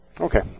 Okay